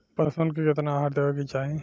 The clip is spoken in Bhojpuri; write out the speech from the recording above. पशुअन के केतना आहार देवे के चाही?